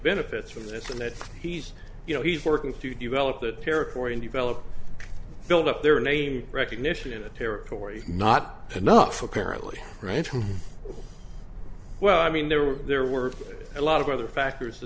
benefits from this and that he's you know he's working to develop that territory and develop build up their name recognition in the territories not enough apparently well i mean there were there were a lot of other factors